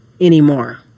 anymore